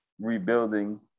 rebuilding